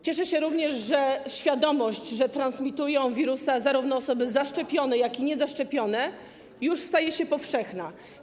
Cieszę się również, że świadomość, że transmitują wirusa zarówno osoby zaszczepione, jak i niezaszczepione, już staje się powszechna.